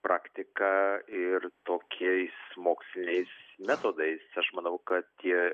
praktika ir tokiais moksliniais metodais aš manau kad tie